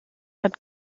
hat